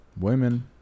Women